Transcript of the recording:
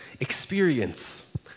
experience